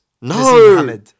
No